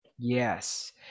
Yes